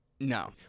No